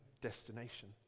destination